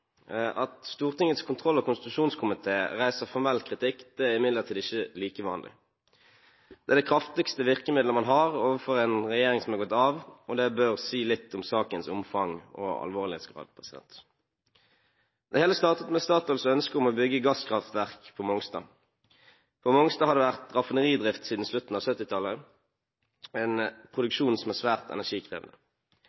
At Stortingets kontroll- og konstitusjonskomité reiser formell kritikk, er imidlertid ikke like vanlig. Det er det kraftigste virkemidlet man har overfor en regjering som har gått av, og det bør si litt om sakens omfang og alvorlighetsgrad. Det hele startet med Statoils ønske om å bygge gasskraftverk på Mongstad. På Mongstad har det vært raffineridrift siden slutten av 1970-tallet, med en